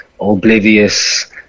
oblivious